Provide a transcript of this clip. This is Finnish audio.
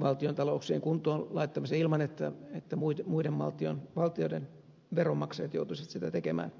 valtiontalouksien kuntoon laittamiseksi ilman että muiden valtioiden veronmaksajat joutuisivat sitä tekemään